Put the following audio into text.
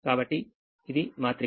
కాబట్టి ఇదిమాత్రిక